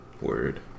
Word